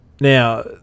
Now